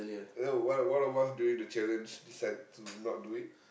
no one of one of us doing the challenge decide to not do it